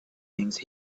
things